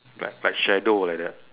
black like shadow like that